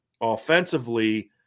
offensively